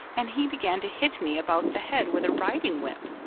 and he began to hit me about the head with a riding whip.